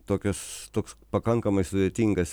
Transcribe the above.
tokios toks pakankamai sudėtingas